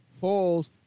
falls